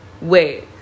wait